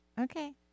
Okay